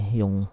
yung